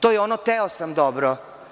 To je ono – hteo sam, dobro.